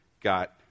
got